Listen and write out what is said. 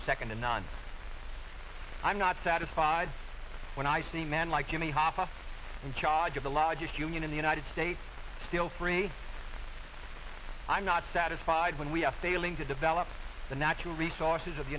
it's i'm not satisfied when i see men like jimmy hoffa in charge of the largest union in the united states still for a i'm not satisfied when we are failing to develop the natural resources of the